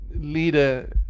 leader